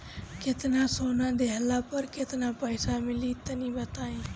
केतना सोना देहला पर केतना पईसा मिली तनि बताई?